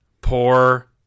Poor